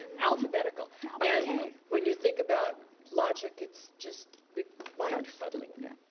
and alphabetical. and when you think about logic, it's just, mind fuddling, yeah.